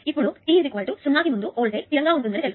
ఇప్పుడు t 0 కి ముందు వోల్టేజ్ స్థిరంగా ఉంటుందని తెలుసు